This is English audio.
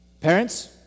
Parents